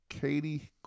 Katie